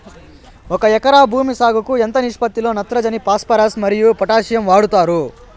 ఒక ఎకరా భూమి సాగుకు ఎంత నిష్పత్తి లో నత్రజని ఫాస్పరస్ మరియు పొటాషియం వాడుతారు